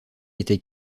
était